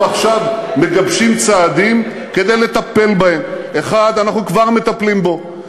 אנחנו עכשיו מגבשים צעדים כדי לטפל בהן: 1. אנחנו כבר מטפלים בו,